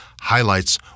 highlights